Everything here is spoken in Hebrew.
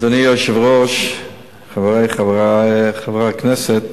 אדוני היושב-ראש, חברי חברי הכנסת,